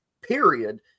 period